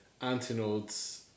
antinodes